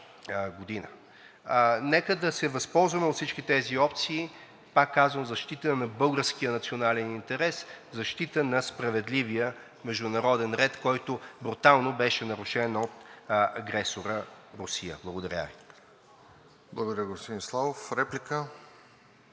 Нека да се възползваме от всички тези опции, пак казвам, в защита на българския национален интерес, в защита на справедливия международен ред, който брутално беше нарушен от агресора Русия. Благодаря Ви.